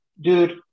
dude